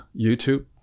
YouTube